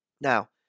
Now